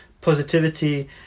positivity